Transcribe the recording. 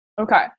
Okay